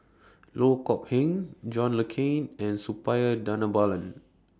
Loh Kok Heng John Le Cain and Suppiah Dhanabalan